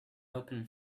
open